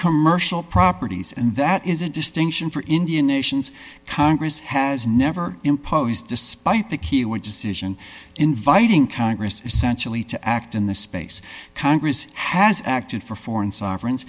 commercial properties and that is a distinction for indian nations congress has never imposed despite the keyword decision inviting congress essentially to act in the space congress has acted for foreign sovereign